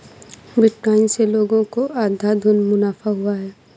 bitcoin से लोगों को अंधाधुन मुनाफा हुआ है